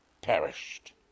perished